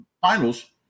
Finals